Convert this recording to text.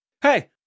Hey